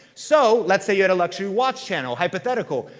so, let's say you had a luxury watch channel, hypothetical.